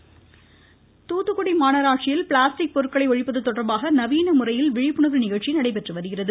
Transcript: Thoothukudi plastic voice Thoothukudi மாநகராட்சியில் plastic பொருட்களை ஒழிப்பது தொடர்பாக நவீன முறையில் விழிப்புணர்வு நிகழ்ச்சி நடைபெற்று வருகிறது